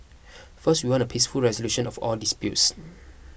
first we want a peaceful resolution of all disputes